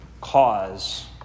cause